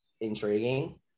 intriguing